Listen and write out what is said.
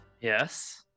Yes